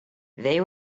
they